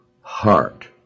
heart